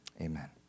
amen